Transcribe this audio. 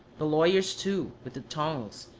the lawyers, too, with the tongs,